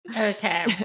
Okay